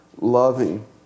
loving